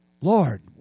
Lord